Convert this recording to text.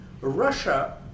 Russia